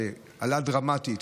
שעלה דרמטית,